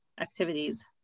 activities